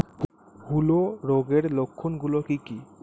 হূলো রোগের লক্ষণ গুলো কি কি?